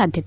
ಸಾಧ್ಯತೆ